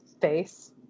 face